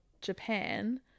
Japan